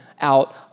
out